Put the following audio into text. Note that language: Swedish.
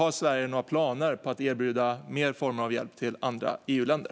Har Sverige några planer på att erbjuda mer i form av hjälp till andra EU-länder?